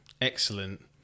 Excellent